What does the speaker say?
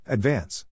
Advance